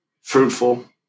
fruitful